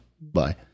bye